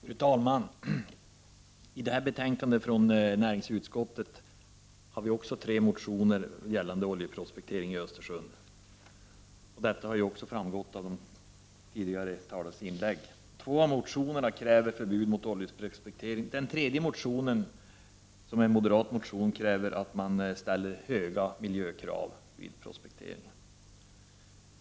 Fru talman! I detta betänkande från näringsutskottet behandlas tre motioner gällande oljeprospektering i Östersjön. Detta har också framgått av de tidigare inläggen. Två av motionerna kräver förbud mot oljeprospektering, och den tredje, en moderat motion, vill ställa höga miljökrav vid prospektering.